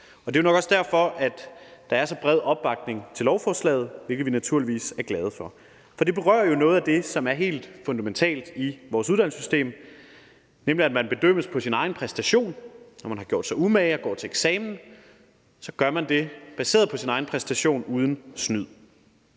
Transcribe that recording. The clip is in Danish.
Og det er nok også derfor, at der er så bred opbakning til lovforslaget, hvilket vi naturligvis er glade for. For det berører jo noget af det, som er helt fundamentalt i vores uddannelsessystem, nemlig at man bedømmes på sin egen præstation. Når man har gjort sig umage og går til eksamen, gør man det baseret på sin egen præstation uden snyd.